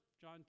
John